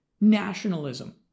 nationalism